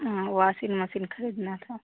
हाँ washing machine खरीदना था